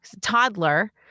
toddler